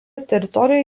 teritorijoje